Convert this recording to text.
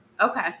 Okay